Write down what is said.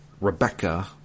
Rebecca